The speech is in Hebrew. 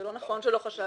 זה לא נכון שלא חשבנו.